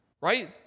Right